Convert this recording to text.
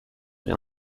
bien